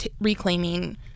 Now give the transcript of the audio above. reclaiming